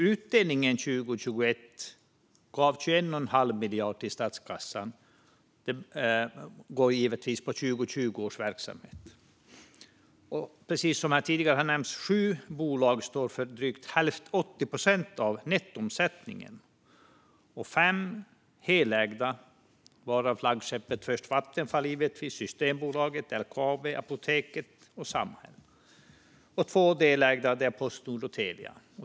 Utdelningen 2021 gav 21,5 miljarder till statskassan - den gäller givetvis 2020 års verksamhet. Precis som tidigare har nämnts står sju bolag för drygt 80 procent av nettoomsättningen. Det är fem helägda - flaggskeppet Vattenfall, Systembolaget, LKAB, Apoteket och Samhall. Och det är två delägda - Postnord och Telia.